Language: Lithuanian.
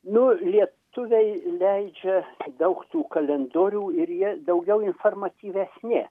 nu lietuviai leidžia daug tų kalendorių ir jie daugiau informatyvesni